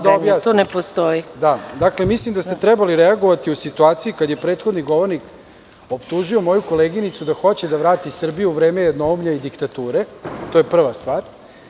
Samo da objasnim, mislim da ste trebali reagovati u situaciji kada je prethodni govornik optužio moju koleginicu da hoće da vrati Srbiju u vreme jednoumlja i diktature, to je prva stvar.